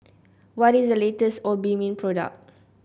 what is the latest Obimin product